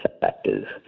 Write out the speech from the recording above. factors